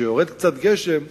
כשיורד קצת גשם,